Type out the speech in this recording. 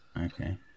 Okay